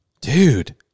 dude